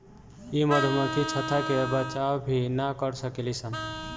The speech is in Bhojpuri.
इ मधुमक्खी छत्ता के बचाव भी ना कर सकेली सन